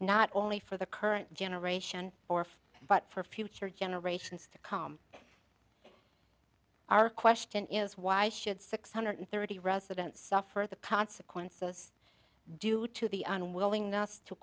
not only for the current generation or for but for future generations to come our question is why should six hundred thirty residents suffer the consequences due to the unwillingness to